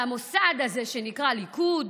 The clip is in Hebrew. והמוסד הזה שנקרא ליכוד